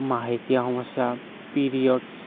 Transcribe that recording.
মাহেকীয়া সমস্যা পিৰিয়ডচ্